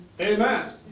Amen